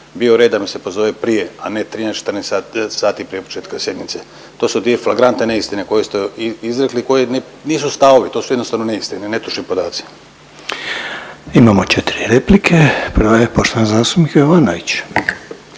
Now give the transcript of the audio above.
bi red da me se pozove prije, a ne 13, 14 sati prije početka sjednice. To su dvije fragmantne neistine koje ste izrekli i koje nisu stavovi. To su jednostavno neistine, netočni podaci. **Reiner, Željko (HDZ)** Imamo četiri replike. Prva je poštovani zastupnik Jovanović.